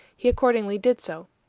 he accordingly did so.